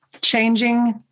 changing